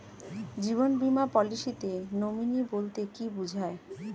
জীবন বীমা পলিসিতে নমিনি বলতে কি বুঝায়?